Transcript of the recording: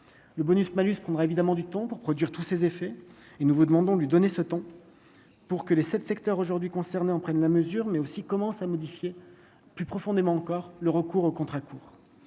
le bonus-malus prendra évidemment du temps pour produire tous ses effets, et nous vous demandons de lui donner ce temps pour que les 7 secteurs aujourd'hui concernées en prennent la mesure mais aussi commencent à modifier plus profondément encore, le recours aux contrats courts,